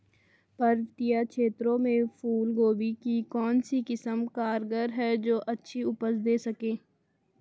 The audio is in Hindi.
पर्वतीय क्षेत्रों में फूल गोभी की कौन सी किस्म कारगर है जो अच्छी उपज दें सके?